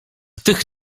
tych